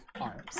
arms